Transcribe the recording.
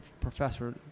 professor